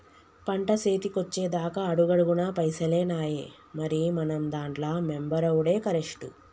పంట సేతికొచ్చెదాక అడుగడుగున పైసలేనాయె, మరి మనం దాంట్ల మెంబరవుడే కరెస్టు